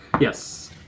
yes